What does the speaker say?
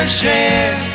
share